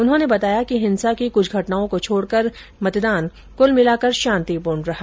उन्होंने बताया कि हिंसा की कुछ घटनाओं को छोड़कर मतदान कुल मिलाकर शांतिपूर्ण रहा